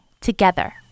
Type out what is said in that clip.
together